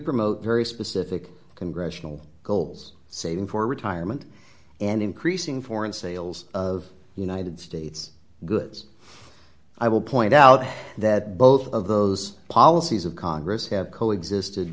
promote very specific congressional goals saving for retirement and increasing foreign sales of united states goods i will point out that both of those policies of congress have co existed